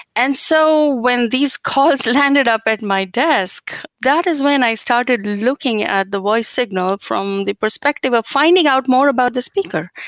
and so when these calls landed up at my desk, that is when i started looking at the voice signal from the perspective of finding out more about the speaker,